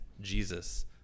Jesus